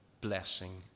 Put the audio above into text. blessing